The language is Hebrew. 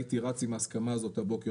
הייתי רץ עם ההסכמה הזאת הבוקר.